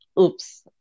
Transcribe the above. oops